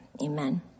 amen